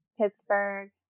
Pittsburgh